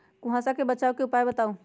कुहासा से बचाव के उपाय बताऊ?